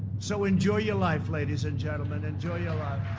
so enjoy your life, ladies and gentlemen, enjoy your life.